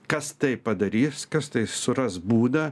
kas tai padarys kas tai suras būdą